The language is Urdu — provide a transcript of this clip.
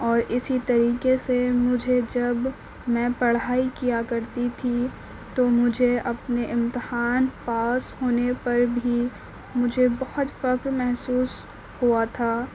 اور اسی طریقے سے مجھے جب میں پڑھائی کیا کرتی تھی تو مجھے اپنے امتحان پاس ہونے پر بھی مجھے بہت فخر محسوس ہوا تھا